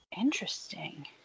interesting